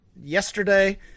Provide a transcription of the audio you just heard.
yesterday